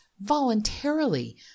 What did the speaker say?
voluntarily